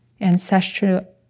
ancestral